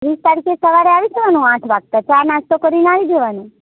વીસ તારીખે સવારે આવી જવાનું આઠ વાગતા ચા નાસ્તો કરીને આવી જવાનું